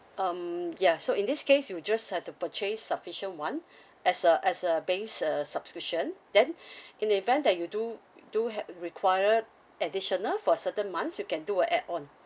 um ya so in this case you just have to purchase sufficient one as a as a base uh subscription then in the event that you do you do have require additional for certain months you can do a add on